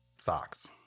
socks